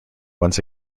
once